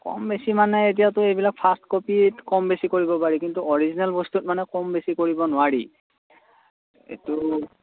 কম বেছি মানে এতিয়াতো এইবিলাক ফাৰ্ষ্ট কপিত কম বেছি কৰিব পাৰি কিন্তু অৰিজিনেল বস্তুত মানে কম বেছি কৰিব নোৱাৰি এইটো